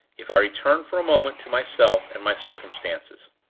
if i return for a moment to myself and my circumstances.